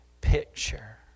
picture